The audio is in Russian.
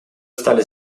стали